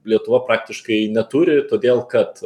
lietuva praktiškai neturi todėl kad